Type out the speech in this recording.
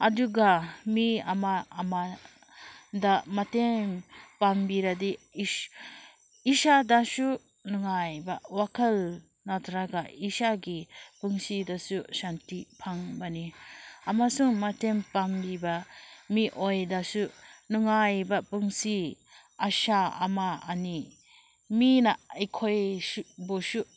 ꯑꯗꯨꯒ ꯃꯤ ꯑꯃ ꯑꯃꯗ ꯃꯇꯦꯡ ꯄꯥꯡꯕꯤꯔꯗꯤ ꯏꯁꯥꯗꯁꯨ ꯅꯨꯡꯉꯥꯏꯕ ꯋꯥꯈꯜ ꯅꯠꯇ꯭ꯔꯒ ꯏꯁꯥꯒꯤ ꯄꯨꯟꯁꯤꯗꯁꯨ ꯁꯥꯟꯇꯤ ꯐꯪꯕꯅꯤ ꯑꯃꯁꯨꯡ ꯃꯇꯦꯡ ꯄꯥꯡꯕꯤꯕ ꯃꯤꯑꯣꯏꯗꯁꯨ ꯅꯨꯡꯉꯥꯏꯕ ꯄꯨꯟꯁꯤ ꯑꯁꯥ ꯑꯃ ꯑꯅꯤ ꯃꯤꯅ ꯑꯩꯈꯣꯏꯁꯨ ꯕꯨꯁꯨ